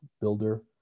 builder